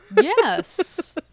yes